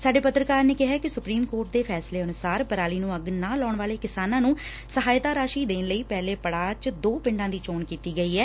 ਸਾਡੇ ਪੱਤਰਕਾਰ ਨੇ ਕਿਹੈ ਕਿ ਸੁਪਰੀਮ ਕੋਰਟ ਦੇ ਫੈਸਲੇ ਅਨੁਸਾਰ ਪਰਾਲੀ ਨੂੰ ਅੱਗ ਨਾ ਲਾਉਣ ਵਾਲੇ ਕਿਸਾਨਾਂ ਨੂੰ ਸਹਾਇਤਾ ਰਾਸ਼ੀ ਦੇਣ ਲਈ ਪਹਿਲੇ ਪੜਾਅ ਚ ਦੋ ਪਿੰਡਾਂ ਦੀ ਚੋਣ ਕੀਤੀ ਗਈ ਐ